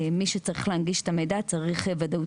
מי שצריך להנגיש את המידע צריך ודאות